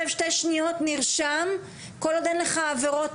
כדי ששאר הכיתה